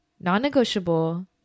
non-negotiable